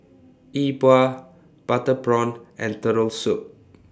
E Bua Butter Prawn and Turtle Soup